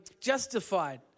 justified